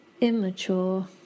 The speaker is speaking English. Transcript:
immature